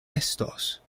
estos